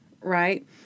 right